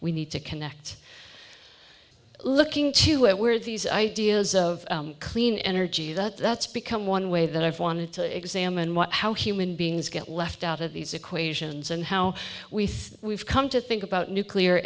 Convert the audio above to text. we need to connect looking to where these ideas of clean energy that's become one way that i've wanted to examine what how human beings get left out of these equations and how we think we've come to think about nuclear